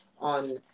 on